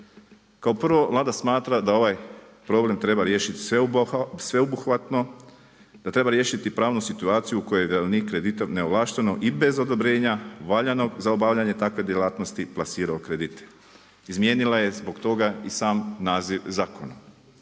Kao prvo Vlada smatra da ovaj problem treba riješiti sveobuhvatno, da treba riješiti pravnu situaciju u kojoj je vjerovnik, kreditor neovlašteno i bez odobrenja valjanog za obavljanje takve djelatnosti plasirao kredite. Izmijenila je zbog toga i sam naziv zakona.